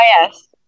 yes